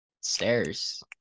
Stairs